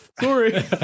Sorry